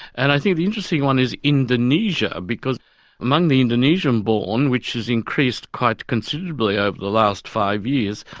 and i think the interesting one is indonesia, because among the indonesian-born, which has increased quite considerably over the last five years,